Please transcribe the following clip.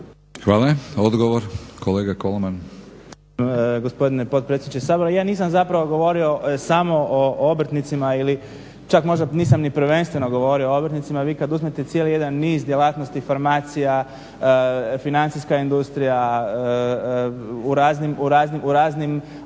Hvala. Odgovor, kolega Kolman. **Kolman, Igor (HNS)** Gospodine potpredsjedniče Sabora. Ja nisam zapravo govorio samo o obrtnicima ili čak možda nisam ni prvenstveno govorio o obrtnicima. Vi kad uzmete cijeli jedan niz djelatnosti, farmacija, financijska industrija, u raznim